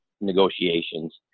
negotiations